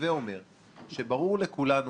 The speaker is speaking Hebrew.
הווי אומר שברור לכולנו